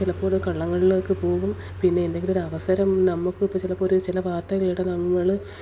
ചിലപ്പോൾ കള്ളങ്ങളിലേക്ക് പോകും പിന്നെ എന്തെങ്കിലും ഒരവസരം നമുക്ക് ഇപ്പോൾ ചിലപ്പോൾ ചില വാർത്ത കേട്ടാൽ നമ്മൾ